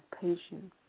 patience